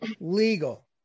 legal